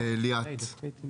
ליאת.